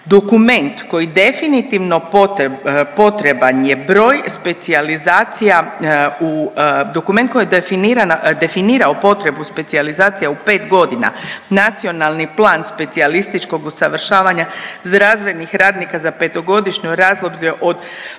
dokument koji je definirao potrebu specijalizacija u pet godina, Nacionalni plan specijalističkog usavršavanja zdravstvenih radnika za petogodišnje razdoblje od